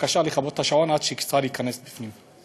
בבקשה לכבות את השעון עד ששר ייכנס פנימה.